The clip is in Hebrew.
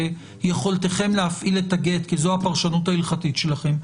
יכולתכם להפעיל את הגט כי זו הפרשנות ההלכתית שלכם,